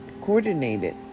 coordinated